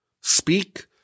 Speak